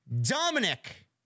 Dominic